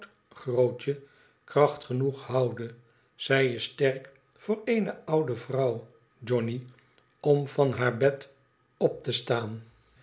grootje kracht genoeg houde zij is sterk voor eene oude vrouw johnny om van haar bed op te staan